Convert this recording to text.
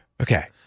Okay